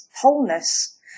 wholeness